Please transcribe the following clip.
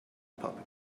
puppy